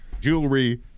jewelry